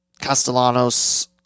Castellanos